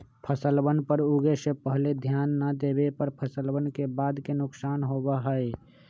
फसलवन पर उगे से पहले ध्यान ना देवे पर फसलवन के बाद के नुकसान होबा हई